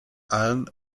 allen